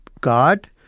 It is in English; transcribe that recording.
God